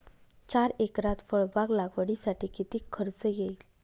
चार एकरात फळबाग लागवडीसाठी किती खर्च येईल?